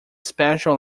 special